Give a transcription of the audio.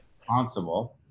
responsible